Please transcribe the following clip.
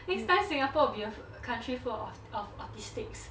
next time singapore will be uh a country full of of autistics